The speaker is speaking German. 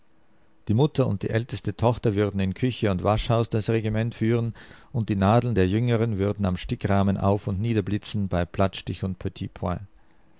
die mutter und die älteste tochter würden in küche und waschhaus das regiment führen und die nadeln der jüngeren würden am stickrahmen auf und niederblitzen bei plattstich und